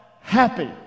happy